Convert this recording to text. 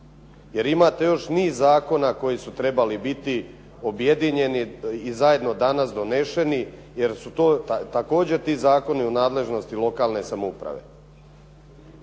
jer imate još niz zakona koji su trebali biti objedinjeni i zajedno danas doneseni jer su to također ti zakoni o nadležnosti lokalne samouprave.